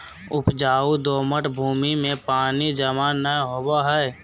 उपजाऊ दोमट भूमि में पानी जमा नै होवई हई